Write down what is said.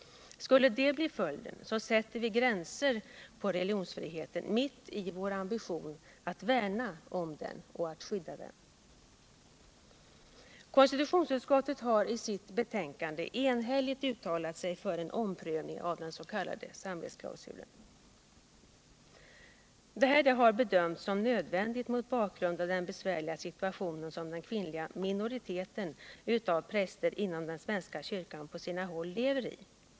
Skulle detta bli följden sätter vi gränser för religionsfriheten mitt i vår ambition att värna om den. Konstitutionsutskottet har i sitt betänkande enhälligt uttalat sig för en omprövning av dens.k. samvetsklausulen. Detta har bedömts som nödvändigt mot bakgrund av den besvärliga situation som den kvinnliga minoriteten av präster inom den svenska kyrkan på sina håll lever i.